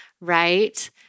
right